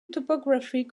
topographic